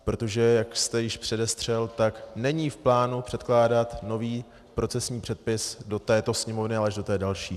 Protože jak jste již předestřel, tak není v plánu předkládat nový procesní předpis do této Sněmovny, ale až do té další.